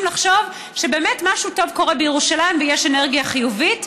לחשוב שבאמת משהו טוב קורה בירושלים ויש אנרגיה חיובית.